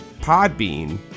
Podbean